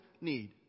need